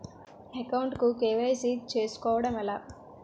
Account కు KYC చేసుకోవడం ఎలా?